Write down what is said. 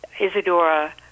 Isadora